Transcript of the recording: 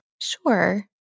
sure